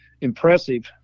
impressive